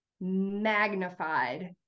magnified